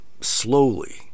slowly